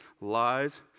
lies